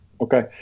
Okay